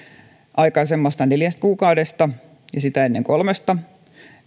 aikaisemmasta neljästä kuukaudesta ja sitä ennen kolmesta